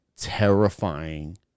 terrifying